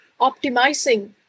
optimizing